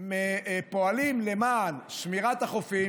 פועלים למען שמירת החופים,